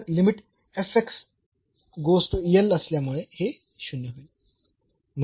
तर लिमिट असल्याने हे 0 होईल